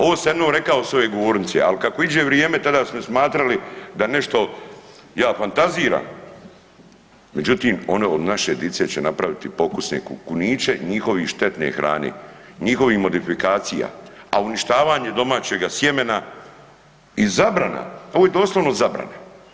Ovo sam jednom rekao s ove govornice, al kako iđe vrijeme tada su me smatrali da nešto ja fantaziram, međutim oni od naše dice će napraviti pokusne kuniće i njihove štetne hrane, njihovih modifikacija, a uništavanje domaćega sjemena i zabrana, ovo je doslovno zabrana.